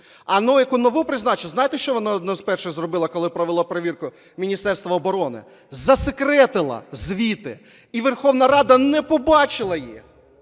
яку нову призначили, знаєте, що вона одне з перших зробила, коли провела перевірку Міністерства оборони? Засекретила звіти і Верховна Рада не побачила їх.